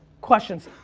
questions.